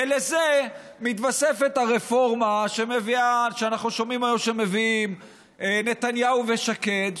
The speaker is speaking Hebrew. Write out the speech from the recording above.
ולזה מתווספת הרפורמה שאנחנו שומעים היום שמביאים נתניהו ושקד,